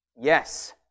Yes